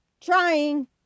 trying